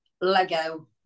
Lego